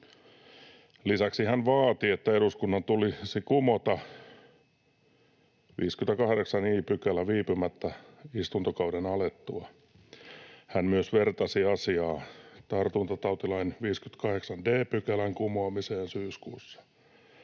Lisäksi hän vaati, että eduskunnan tulisi kumota 58 i § viipymättä istuntokauden alettua. Hän myös vertasi asiaa tartuntatautilain 58 d §:n kumoamiseen syyskuussa.